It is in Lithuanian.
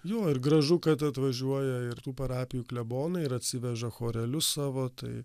jo ir gražu kad atvažiuoja ir tų parapijų klebonai ir atsiveža chorelius savo tai